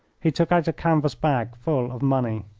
he took out a canvas bag full of money.